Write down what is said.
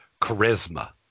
charisma